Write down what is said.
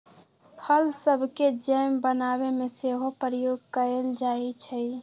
फल सभके जैम बनाबे में सेहो प्रयोग कएल जाइ छइ